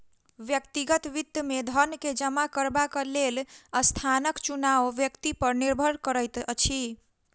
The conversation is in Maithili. व्यक्तिगत वित्त मे धन के जमा करबाक लेल स्थानक चुनाव व्यक्ति पर निर्भर करैत अछि